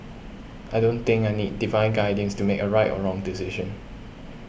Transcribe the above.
I don't think I need divine guidance to make a right or wrong decision